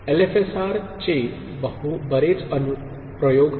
एलएफएसआरचे बरेच अनुप्रयोग आहेत